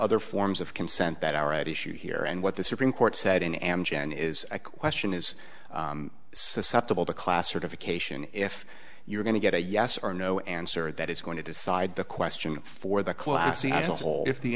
other forms of consent that are at issue here and what the supreme court said in amgen is a question is susceptible to class certification if you're going to get a yes or no answer that is going to decide the question for the class the actual if the